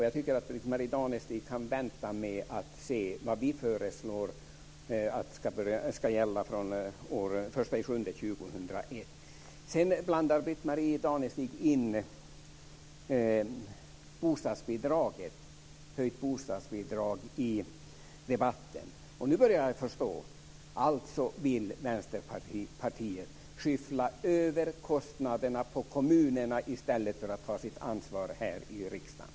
Jag tycker att Britt-Marie Danestig kan vänta med att se vad vi föreslår ska gälla från den 1 juli år 2001. Sedan blandar Britt-Marie Danestig in höjt bostadsbidrag i debatten. Nu börjar jag förstå. Vänsterpartiet vill alltså skyffla över kostnaderna på kommunerna i stället för att ta sitt ansvar här i riksdagen.